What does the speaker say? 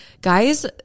Guys